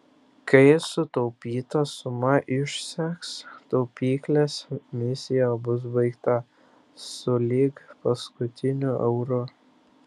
kai sutaupyta suma išseks taupyklės misija bus baigta sulig paskutiniu euru